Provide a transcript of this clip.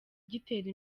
gitera